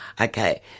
Okay